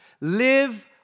Live